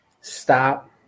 stop